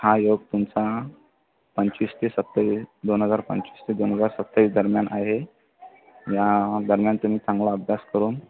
हा योग तुमचा पंचवीस ते सत्तावीस दोन हजार पंचवीस ते दोन हजार सत्तावीस दरम्यान आहे या दरम्यान तुम्ही चांगला अभ्यास करून